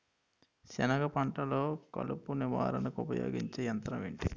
సెనగ పంటలో కలుపు నివారణకు ఉపయోగించే యంత్రం ఏంటి?